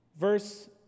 Verse